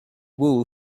wool